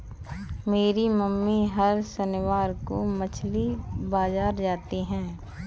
मेरी मम्मी हर शनिवार को मछली बाजार जाती है